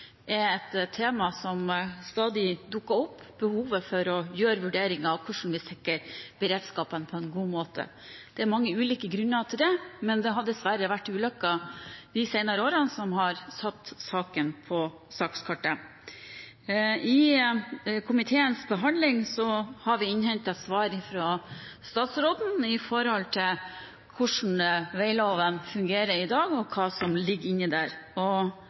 er et tema som stadig dukker opp, og det er behov for å gjøre vurderinger av hvordan vi sikrer beredskapen på en god måte. Det er mange ulike grunner til det, men det har dessverre vært ulykker de senere årene som har satt saken på sakskartet. I komiteens behandling har vi innhentet svar fra statsråden når det gjelder hvordan veiloven fungerer i dag, og hva som ligger inne der.